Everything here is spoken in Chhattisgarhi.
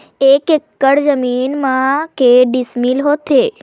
एक एकड़ जमीन मा के डिसमिल होथे?